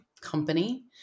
company